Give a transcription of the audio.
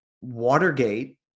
Watergate